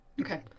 okay